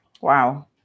Wow